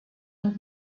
und